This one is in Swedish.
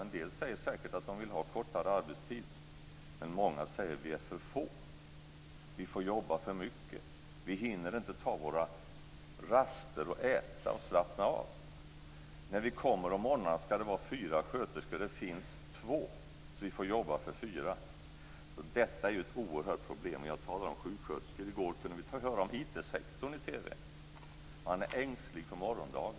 En del säger säkert att de vill ha kortare arbetstid. Men många säger att de är för få, att de får jobba för mycket och att de inte hinner ta sina raster för att äta och slappna av. När de kommer om morgnarna ska det vara fyra sköterskor, men det finns två, och därför får de arbeta för fyra. Detta är ett oerhört stort problem. Och jag talar om sjuksköterskor. I går kunde vi höra om IT-sektorn i TV. Man är ängslig för morgondagen.